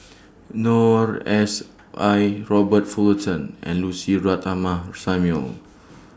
Noor S I Robert Fullerton and Lucy Ratnammah Samuel